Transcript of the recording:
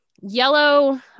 yellow